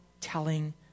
telling